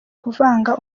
kuvanga